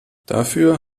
dafür